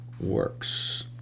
works